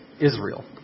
Israel